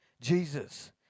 Jesus